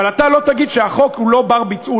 אבל אתה לא תגיד שהחוק לא יתקיים.